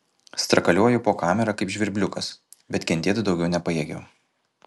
strakalioju po kamerą kaip žvirbliukas bet kentėt daugiau nepajėgiau